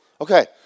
Okay